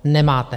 Nemáte!